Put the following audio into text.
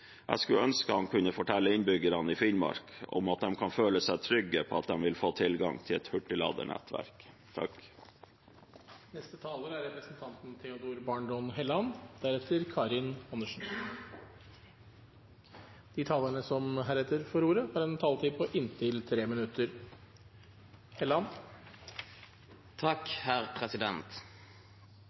Jeg skulle ønske han kunne fortelle innbyggerne i Finnmark at de kan føle seg trygge på at de vil få tilgang til et hurtigladenettverk. De talerne som heretter får ordet, har en taletid på inntil 3 minutter.